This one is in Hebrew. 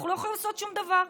אנחנו לא יכולים לעשות שום דבר.